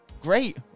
great